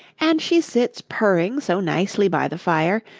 and she sits purring so nicely by the fire,